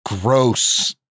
gross